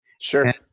Sure